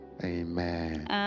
Amen